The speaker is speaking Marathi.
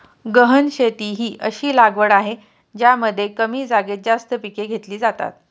गहन शेती ही अशी लागवड आहे ज्यामध्ये कमी जागेत जास्त पिके घेतली जातात